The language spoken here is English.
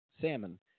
salmon